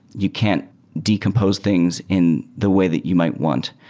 you can't decompose things in the way that you might want,